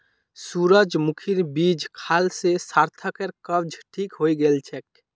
सूरजमुखीर बीज खाल से सार्थकेर कब्ज ठीक हइ गेल छेक